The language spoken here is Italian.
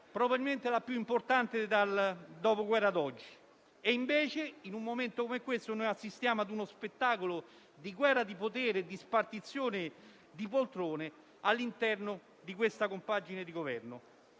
probabilmente della più importante crisi economica dal Dopoguerra ad oggi. Invece, in un momento come questo, assistiamo ad uno spettacolo di guerra di potere, a una spartizione di poltrone all'interno di questa compagine di Governo.